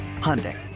Hyundai